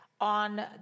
on